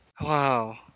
Wow